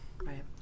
Right